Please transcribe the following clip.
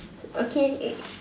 okay